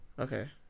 Okay